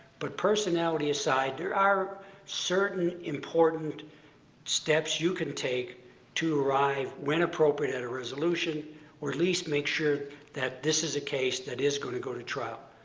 but personality aside, there are certain important steps you can take to arrive, when appropriate, at a resolution or at least make sure that this is a case that is going to go to trial.